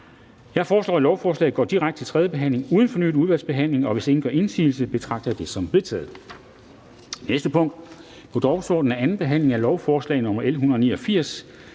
Jeg foreslår, at lovforslaget går direkte til tredje behandling uden fornyet udvalgsbehandling. Hvis ingen gør indsigelse, betragter jeg det som vedtaget. Det er vedtaget. --- Det næste punkt på dagsordenen er: 17) 2. behandling af lovforslag nr. L